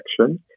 section